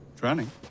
Drowning